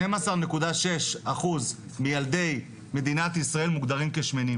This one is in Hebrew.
12.6 אחוזים מילדי מדינת ישראל מוגדרים כשמנים